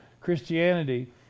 Christianity